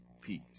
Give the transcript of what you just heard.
Peace